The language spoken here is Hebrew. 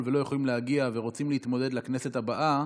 ולא יכולים להגיע ורוצים להתמודד לכנסת הבאה,